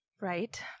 Right